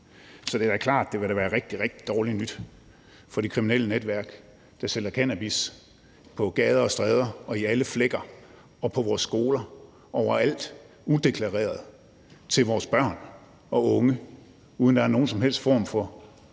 Så det er da klart, at det ville være rigtig, rigtig dårligt nyt for de kriminelle netværk, der sælger cannabis på gader og stræder og i alle flækker og på vores skoler, overalt, udeklareret, til vores børn og unge, uden at der er nogen som helst form for kontrol